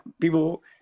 People